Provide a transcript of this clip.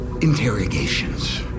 interrogations